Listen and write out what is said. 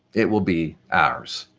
it will be ours.